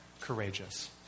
courageous